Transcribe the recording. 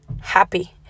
happy